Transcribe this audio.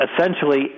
essentially